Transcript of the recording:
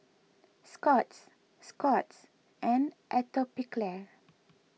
Scott's Scott's and Atopiclair